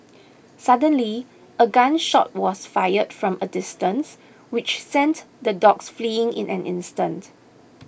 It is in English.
suddenly a gun shot was fired from a distance which sent the dogs fleeing in an instant